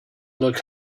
look